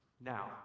Now